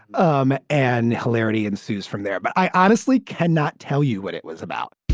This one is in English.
um and hilarity ensues from there. but i honestly cannot tell you what it was about